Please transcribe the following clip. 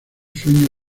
sueño